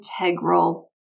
integral